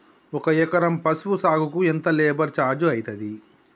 ఒక ఎకరం పసుపు సాగుకు ఎంత లేబర్ ఛార్జ్ అయితది?